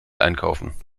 einkaufen